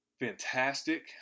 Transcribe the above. Fantastic